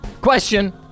question